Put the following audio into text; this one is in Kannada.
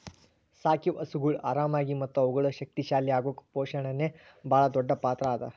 ಸಾಕಿವು ಹಸುಗೊಳ್ ಆರಾಮಾಗಿ ಮತ್ತ ಅವುಗಳು ಶಕ್ತಿ ಶಾಲಿ ಅಗುಕ್ ಪೋಷಣೆನೇ ಭಾಳ್ ದೊಡ್ಡ್ ಪಾತ್ರ ಅದಾ